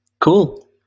Cool